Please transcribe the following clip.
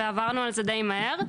עברנו עליה די מהר.